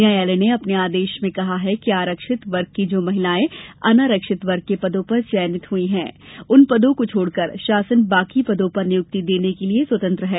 न्यायालय ने अपने आदेश में कहा है कि आरक्षित वर्ग की जो महिलाएं अनारक्षित वर्ग के पदों पर चयनित हुई है उन पदों को छोड़कर शासन बाकी पदो पर नियुक्ति देने के लिए स्वत्रंत हैं